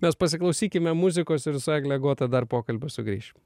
mes pasiklausykime muzikos ir su egle agota dar pokalbio sugrįšim